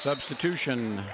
substitution